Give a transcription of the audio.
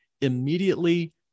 immediately